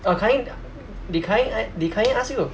ah kai heng did kai hen~ did kai heng ask you